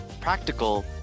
practical